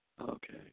Okay